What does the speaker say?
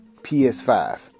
ps5